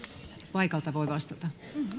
paikalta voi vastata